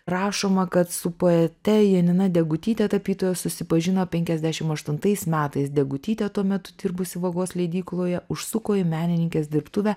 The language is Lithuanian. rašoma kad su poete janina degutyte tapytojas susipažino penkiasdešim aštuntais metais degutytė tuo metu dirbusi vagos leidykloje užsuko į menininkės dirbtuvę